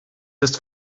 ist